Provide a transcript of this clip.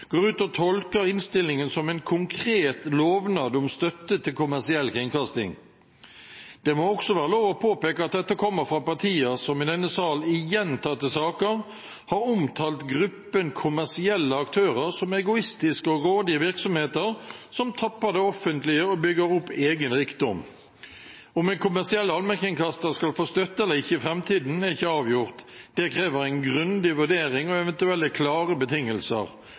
går ut og tolker innstillingen som en konkret lovnad om støtte til kommersiell kringkasting. Det må også være lov å påpeke at dette kommer fra partier som i denne sal i gjentatte saker har omtalt gruppen kommersielle aktører som egoistiske og grådige virksomheter som tapper det offentlige og bygger opp egen rikdom. Om en kommersiell allmennkringkaster skal få støtte eller ikke i framtiden, er ikke avgjort. Det krever en grundig vurdering og eventuelle klare betingelser.